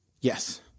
yes